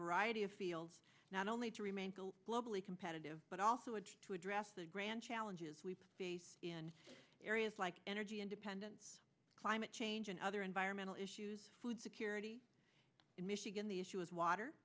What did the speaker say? variety of fields not only to remain globally competitive but also had to address the grand challenges we face in areas like energy independence climate change and other environmental issues food security in michigan the issue is